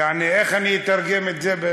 יעני, איך אני אתרגם את זה?